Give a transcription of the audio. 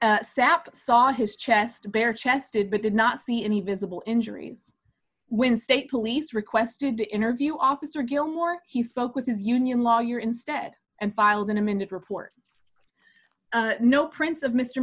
shot sap saw his chest bare chested but did not see any visible injuries when state police requested to interview officer gilmore he spoke with his union lawyer instead and filed an amended report no prints of mr